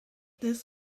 this